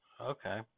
Okay